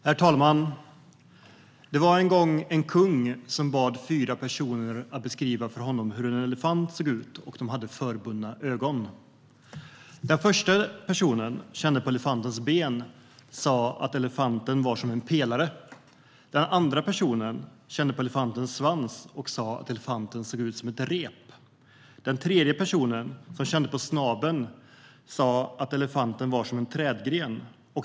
Herr talman! Det var en gång en kung som bad fyra personer att beskriva för honom hur en elefant ser ut. De hade förbundna ögon. Den första personen kände på elefantens ben och sa att elefanten var som en pelare. Den andra personen kände på elefantens svans och sa att elefanten såg ut som ett rep. Den tredje personen kände på snabeln och sa att elefanten var som en trädgren.